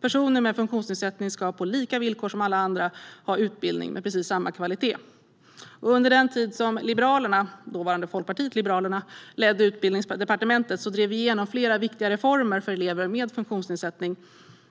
Personer med funktionsnedsättning ska på lika villkor som alla andra få en utbildning av precis samma kvalitet. Under den tid som Liberalerna, dåvarande Folkpartiet liberalerna, ledde Utbildningsdepartementet drev vi igenom flera viktiga reformer för elever med funktionsnedsättning.